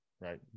right